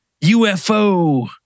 UFO